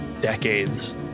decades